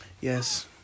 Yes